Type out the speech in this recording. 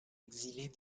exilés